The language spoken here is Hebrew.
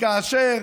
וכאשר